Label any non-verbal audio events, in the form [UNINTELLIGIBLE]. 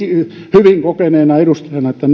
hyvin kokeneena edustajana että [UNINTELLIGIBLE]